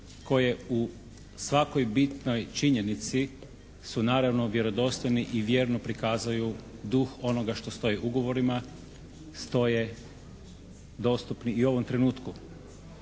koje u svakoj bitnoj činjenici su naravno vjerodostojni i vjerno prikazuju duh onoga što stoji u ugovorima, stoje dostupni i u ovom trenutku.